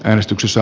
äänestyksessä